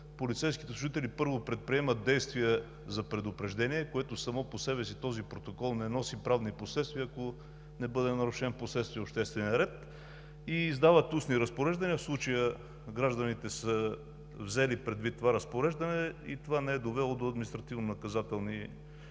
полицейските служители първо предприемат действия за предупреждение. Сам по себе си този протокол не носи правни последствия, ако не бъде нарушен впоследствие обществения ред. Издават устни разпореждания и в случая гражданите са взели предвид това разпореждане и това не е довело до административнонаказателни санкции